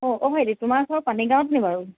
অ অ' ভাইটি তোমাৰ ঘৰ পানীগাঁৱতনি বাৰু